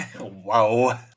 wow